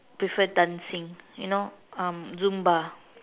prefer dancing you know um Zumba